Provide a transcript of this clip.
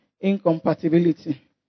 incompatibility